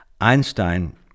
Einstein